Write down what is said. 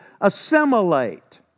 assimilate